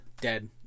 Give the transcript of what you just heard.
dead